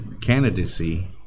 candidacy